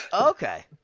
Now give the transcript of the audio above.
Okay